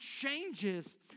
changes